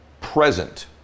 present